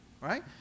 right